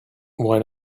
why